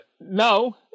No